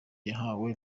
yahawe